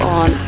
on